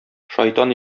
шайтан